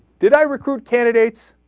did i recruit candidates